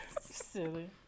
Silly